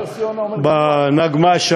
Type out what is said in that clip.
בנגמ"ש,